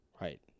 Right